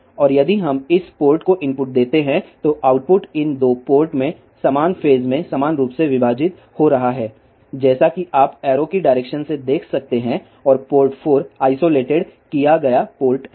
और यदि हम इस पोर्ट को इनपुट देते हैं तो आउटपुट इन 2 पोर्ट में समान फेज में समान रूप से विभाजित हो रहा है जैसा कि आप एरो की डायरेक्शन से देख सकते हैं और पोर्ट 4 आइसोलेटेड किया गया पोर्ट है